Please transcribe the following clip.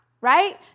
right